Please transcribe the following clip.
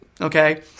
Okay